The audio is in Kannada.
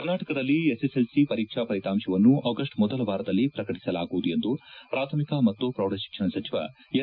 ಕರ್ನಾಟಕದಲ್ಲಿಎಸ್ಎಲ್ಸಿ ಪರೀಕ್ಷಾ ಫಲಿತಾಂಶವನ್ನು ಆಗಸ್ಟ್ ಮೊದಲ ವಾರದಲ್ಲಿ ಪ್ರಕಟಸಲಾಗುವುದು ಎಂದು ಪ್ರಾಥಮಿಕ ಮತ್ತು ಪ್ರೌಢಶಿಕ್ಷಣ ಸಚಿವ ಎಸ್